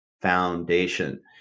foundation